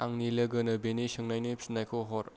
आंनि लोगोनो बिनि सोंनायनि फिन्नायखौ हर